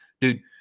dude